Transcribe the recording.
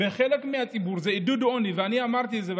בחלק מהציבור זה עידוד עוני, ואני אמרתי את זה.